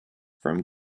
from